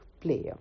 player